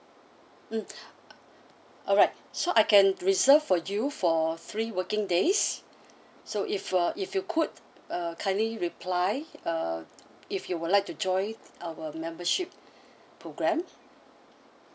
mm alright so I can reserve for you for three working days so if uh if you could uh kindly reply uh if you would like to join our membership programme